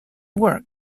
work